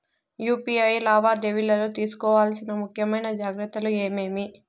UPI లావాదేవీలలో తీసుకోవాల్సిన ముఖ్యమైన జాగ్రత్తలు ఏమేమీ?